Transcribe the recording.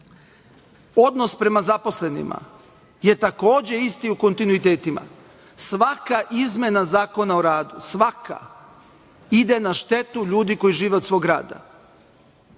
ovamo. Odnos prema zaposlenima je takođe isti u kontinuitetima. Svaka izmena Zakona o radu, svaka, ide na štetu ljudi koji žive od svog rada